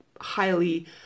highly